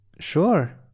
Sure